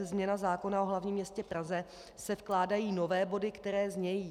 V Změna zákona o hlavním městě Praze se vkládají nové body, které znějí: